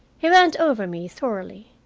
he went over me thoroughly,